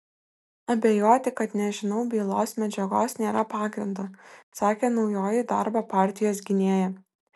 abejoti kad nežinau bylos medžiagos nėra pagrindo sakė naujoji darbo partijos gynėja